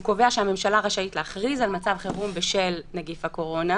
הוא קובע שהממשלה רשאית להכריז על מצב חירום בשל נגיף הקורונה,